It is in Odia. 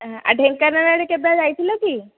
ଆଉ ଢେଙ୍କାନାଳ ଆଡ଼େ କେବେ ଯାଇଥିଲ କି